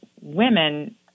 women